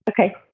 Okay